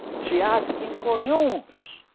she asks him for news.